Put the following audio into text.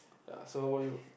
ya so how about you